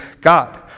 God